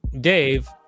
Dave